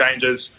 changes